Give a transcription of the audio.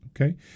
Okay